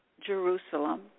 Jerusalem